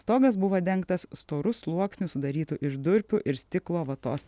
stogas buvo dengtas storu sluoksniu sudarytu iš durpių ir stiklo vatos